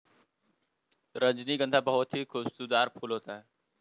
रजनीगंधा बहुत ही खुशबूदार फूल होता है